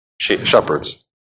shepherds